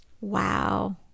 Wow